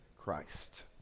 Christ